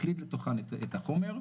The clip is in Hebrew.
מקליד לתוכן את החומר.